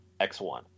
X1